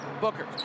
Booker